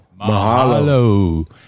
Mahalo